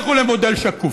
לכו למודל שקוף,